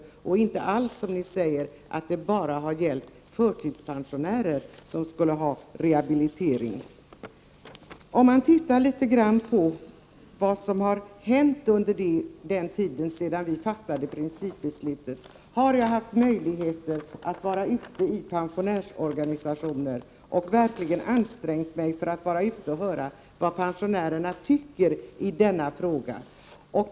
Det är inte alls så, som ni säger, att vi bara talar om förtidspensionärer som skulle ha behov av rehabilitering. Sedan vi fattade principbeslutet har jag haft möjligheter att vara ute i pensionärsorganisationer. Jag har ansträngt mig för att höra vad pensionärerna tycker i denna fråga.